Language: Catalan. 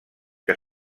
que